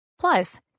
Plus